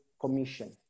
commission